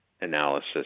analysis